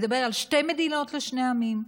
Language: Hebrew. מדבר על שתי מדינות לשני עמים.